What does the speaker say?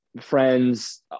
friends